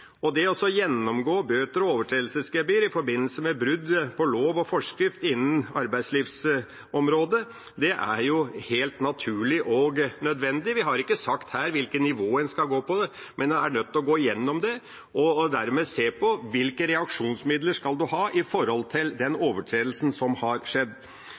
i forbindelse med brudd på lov og forskrift innen arbeidslivsområdet, er helt naturlig og nødvendig. Vi har ikke sagt hvilket nivå en skal ligge på, men man er nødt til å gå igjennom det og se på hvilke reaksjonsmidler man skal ha for den overtredelsen som har skjedd.